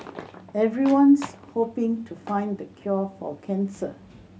everyone's hoping to find the cure for cancer